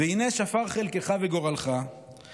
והינה שפר חלקך וגורלך,